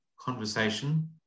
conversation